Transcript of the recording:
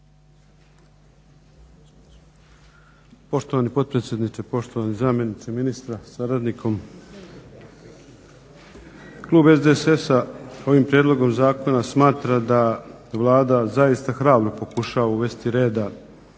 Poštovani potpredsjedniče, poštovani zamjeniče ministra sa suradnikom. Klub SDSS-a ovim prijedlogom zakona smatra da Vlada zaista hrabro pokušava uvesti reda